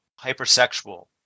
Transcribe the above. hypersexual